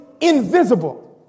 invisible